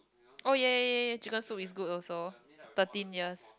oh ya ya ya ya chicken soup is good also thirteen years